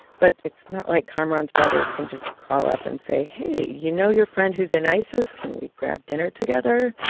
but it's not like kamaran's brothers can just call up and say, hey. you know your friend who's in isis? can we grab dinner together?